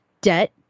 debt